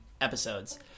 episodes